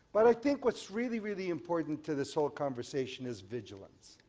but i think what's really, really important to this whole conversation is vigilance.